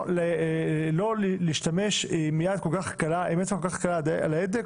לא להשתמש עם אצבע כל כך קלה על ההדק